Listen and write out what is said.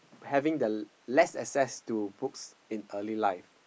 having the less access to books in early life